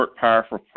powerful